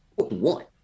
one